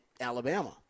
Alabama